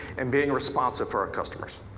and being responsive for our customers.